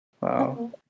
Wow